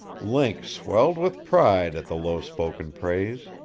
link swelled with pride at the lowspoken praise.